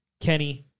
Kenny